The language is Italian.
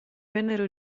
vennero